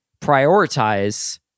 prioritize